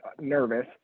nervous